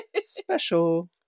Special